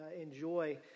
enjoy